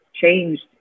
changed